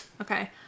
Okay